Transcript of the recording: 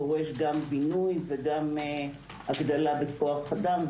זה דורש בינוי והגדלת כוח אדם,